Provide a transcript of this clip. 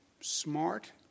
smart